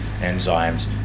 enzymes